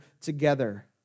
together